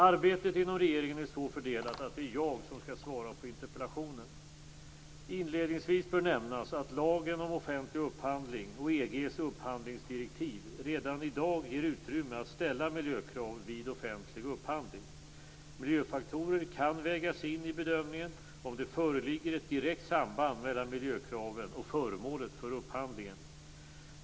Arbetet inom regeringen är så fördelat att det är jag som skall svara på interpellationen. Inledningsvis bör nämnas att lagen om offentlig upphandling och EG:s upphandlingsdirektiv redan i dag ger utrymme att ställa miljökrav vid offentlig upphandling. Miljöfaktorer kan vägas in i bedömningen om det föreligger ett direkt samband mellan miljökraven och föremålet för upphandlingen.